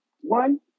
one